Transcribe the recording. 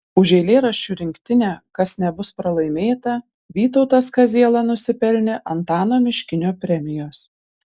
už eilėraščių rinktinę kas nebus pralaimėta vytautas kaziela nusipelnė antano miškinio premijos